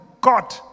God